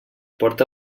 porta